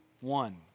one